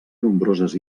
nombroses